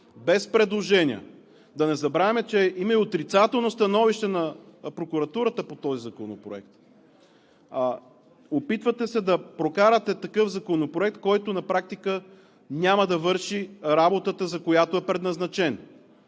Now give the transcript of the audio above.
без предложения, да не забравяме, че има и отрицателно становище на прокуратурата по този законопроект, се опитвате да прокарате такъв законопроект, който на практика няма да върши работата, за която е предназначен